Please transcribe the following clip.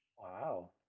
Wow